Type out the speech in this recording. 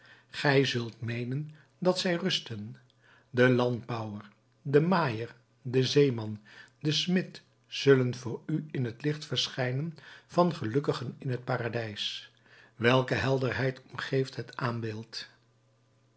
gij zult meenen dat zij rusten de landbouwer de maaier de zeeman de smid zullen voor u in t licht verschijnen van gelukkigen in t paradijs welke helderheid omgeeft het aanbeeld